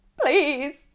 please